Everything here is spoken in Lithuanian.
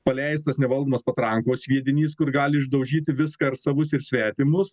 paleistas nevaldomas patrankos sviedinys kur gali išdaužyti viską ir savus ir svetimus